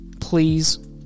Please